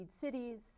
cities